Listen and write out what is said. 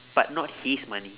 but not his money